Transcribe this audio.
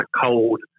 cold